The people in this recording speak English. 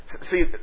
See